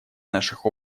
наших